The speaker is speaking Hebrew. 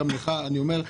גם לך אני אומר,